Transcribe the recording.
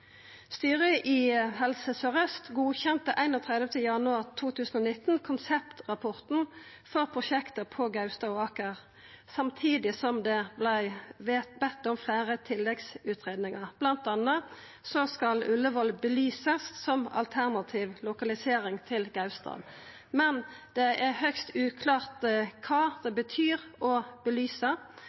Styret i Helse Sør-Aust godkjende 31. januar 2019 konseptrapporten for prosjektet på Gaustad og Aker, samtidig som det vart bedt om fleire tilleggsutgreiingar. Blant anna skal Ullevål belysast som alternativ lokalisering til Gaustad, men det er høgst uklart kva det betyr å belysa,